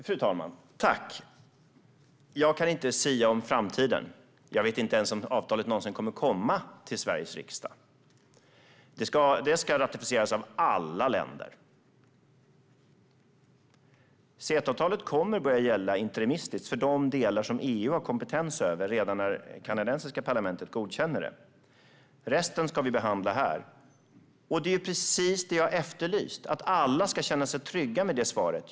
Fru talman! Jag kan inte sia om framtiden. Jag vet inte ens om avtalet någonsin kommer att komma till Sveriges riksdag. Det ska ratificeras av alla länder. CETA-avtalet kommer att börja gälla interimistiskt för de delar som EU har kompetens över redan när det kanadensiska parlamentet godkänner det. Resten ska vi behandla här. Det är precis det jag efterlyst, alltså att alla ska känna sig trygga med det svaret.